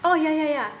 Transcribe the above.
oh yeah yeah yeah